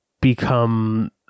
become